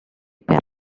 per